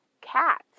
cat